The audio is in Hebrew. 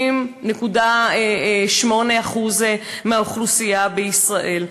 50.8% מהאוכלוסייה בישראל.